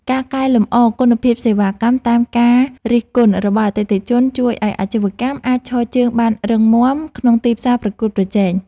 ការកែលម្អគុណភាពសេវាកម្មតាមការរិះគន់របស់អតិថិជនជួយឱ្យអាជីវកម្មអាចឈរជើងបានរឹងមាំក្នុងទីផ្សារប្រកួតប្រជែង។